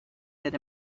that